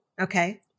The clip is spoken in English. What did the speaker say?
Okay